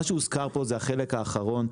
מה שהוזכר פה זה החלק האחרון,